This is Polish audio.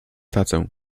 tacę